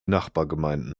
nachbargemeinden